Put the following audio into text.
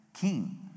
king